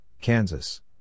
Kansas